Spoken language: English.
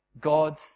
God